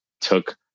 took